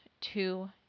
two